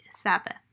Sabbath